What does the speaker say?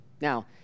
Now